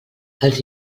els